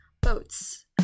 boats